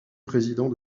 président